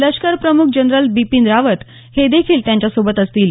लष्कर प्रमुख जनरल बिपीन रावत हे देखील त्यांच्यासोबत असतील